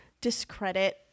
discredit